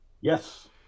yes